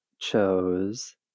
chose